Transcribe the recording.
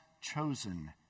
chosen